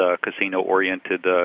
casino-oriented